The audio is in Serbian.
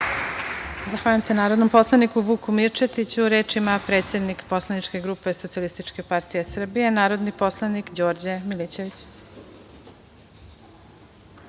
Zahvaljujem se narodnom poslaniku Vuku Mirčetiću. Reč ima predsednik poslaničke grupe Socijalističke partije Srbije, narodni poslanik Đorđe Milićević.